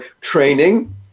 training